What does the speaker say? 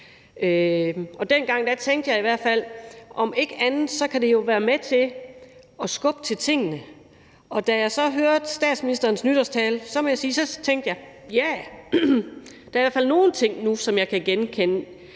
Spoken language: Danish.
og dengang tænkte jeg i hvert fald, at om ikke andet kan det jo være med til at skubbe til tingene, og da jeg så hørte statsministerens nytårstale, tænkte jeg: Jah! Der er i hvert fald nogle ting nu, som jeg kan genkende